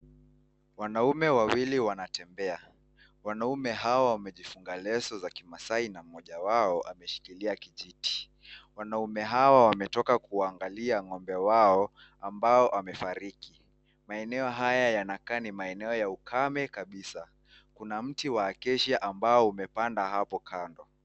Wanaume wawili wanatembea, wanaume hawa wamefunga leso za kimaasai na mmoja wao anashikilia kijiti wanaume hawa wametoka kuangalia ng'ombe wao ambao wamefariki. Maeneo haya yanakaa ni maeneo ya ukame kabisa kuna mti wa acacia ambao umepanda hapo kando.